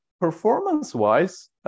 performance-wise